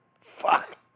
Fuck